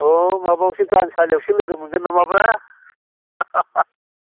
औ माबायावसो गान सालियावसो लोगो मोनगोन नामाब्रा